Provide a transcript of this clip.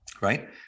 Right